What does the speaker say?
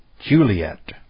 Juliet